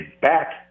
back